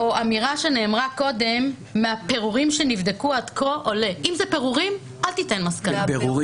כל עוד אנחנו בתחילת הדרך בואו נגיד: "קיבלתי,